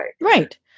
right